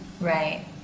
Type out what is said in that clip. Right